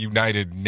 United